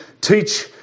teach